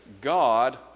God